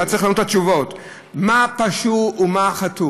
אתה צריך לתת את התשובות: מה פשעו ומה חטאו?